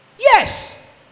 yes